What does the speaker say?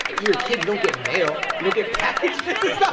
ah you're a kid. you don't get mail. you don't get packages it's not